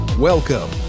Welcome